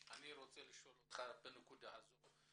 אני רוצה לשאול אותך בנקודה הזו,